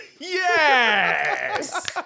Yes